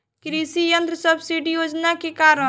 कृषि यंत्र सब्सिडी योजना के कारण?